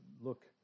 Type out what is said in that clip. look